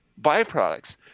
byproducts